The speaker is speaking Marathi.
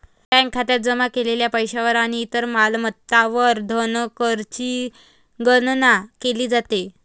बँक खात्यात जमा केलेल्या पैशावर आणि इतर मालमत्तांवर धनकरची गणना केली जाते